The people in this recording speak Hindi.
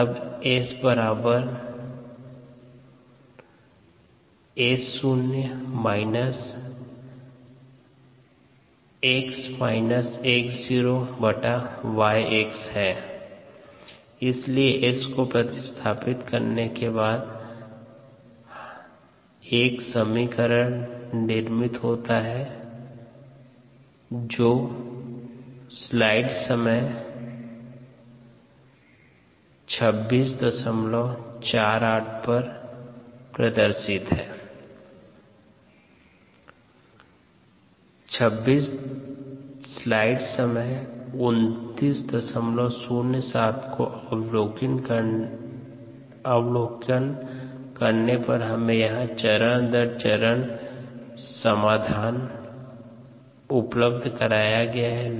S बराबर SS0 x x0YxS इसलिए S को प्रतिस्थापित करने के बाद अंतर समीकरण निर्मित होता है dxdtmS0 x x0YxSKSS0 x x0YxSx चरण दर चरण समाधान देखने में लंबा समय लगेगा